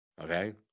Okay